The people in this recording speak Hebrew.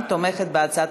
אני קובעת כי הצעת